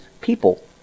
people